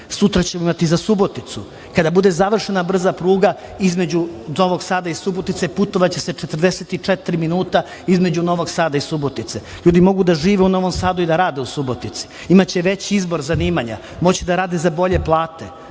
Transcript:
Sutra ćemo imati za Suboticu. Kada bude završena brza pruga između Novog Sada i Subotice, putovaće se 44 minuta između Novog Sada i Subotice. Ljudi mogu da žive u Novom Sadu i da rade u Subotici. Imaće veći izbor zanimanja, moći će da rade za bolje plate.